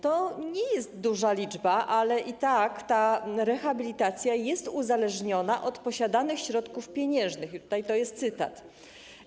To nie jest duża liczba, ale i tak ta rehabilitacja jest uzależniona od posiadanych środków pieniężnych, to jest cytat.